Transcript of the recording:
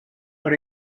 per